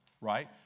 right